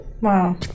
Wow